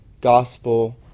gospel